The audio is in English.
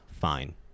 fine